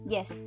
Yes